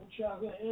Chocolate